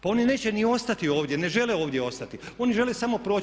Pa oni neće ni ostati ovdje, ne žele ovdje ostati, oni žele samo proći.